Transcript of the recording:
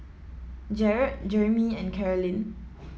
Jarrett Jermey and Carolyn